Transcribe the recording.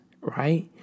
right